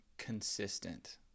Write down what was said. consistent